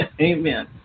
Amen